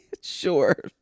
Sure